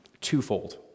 Twofold